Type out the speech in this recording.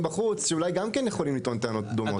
בחוץ שאולי גם כן יכולים לטעון טענות דומות?